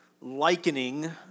likening